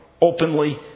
openly